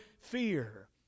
fear